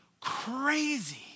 crazy